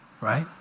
right